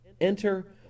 Enter